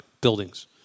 buildings